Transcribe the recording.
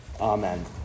amen